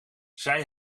zij